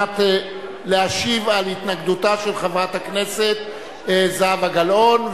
להשיב על התנגדותה של חברת הכנסת זהבה גלאון.